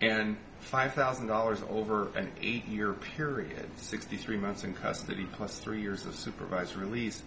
and five thousand dollars over an eight year period sixty three months in custody plus three years of supervised release